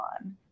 on